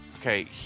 okay